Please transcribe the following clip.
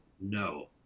no